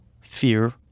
fear